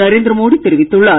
நரேந்திர மோடி தெரிவித்துள்ளார்